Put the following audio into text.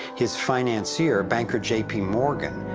his financier, banker jp morgan,